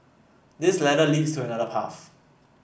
this ladder leads to another path